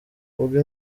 ubwo